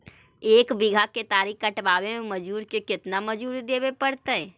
एक बिघा केतारी कटबाबे में मजुर के केतना मजुरि देबे पड़तै?